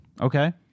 Okay